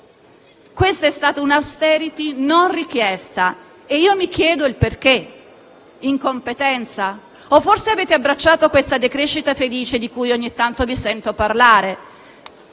questa è stata un'*austerity* non richiesta e io mi chiedo il perché: incompetenza? O forse avete abbracciato questa decrescita felice, di cui ogni tanto vi sento parlare?